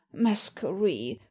masquerie